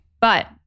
But-